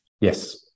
Yes